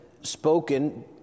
spoken